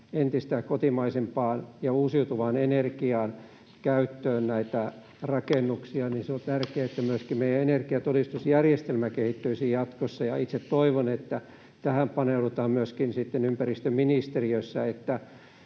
entistä enemmän uusiutuvan energian käyttöön näitä rakennuksia, ja se on tärkeää, että myöskin meidän energiatodistusjärjestelmä kehittyisi jatkossa. Itse toivon, että tähän paneudutaan myöskin sitten ympäristöministeriössä,